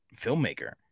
filmmaker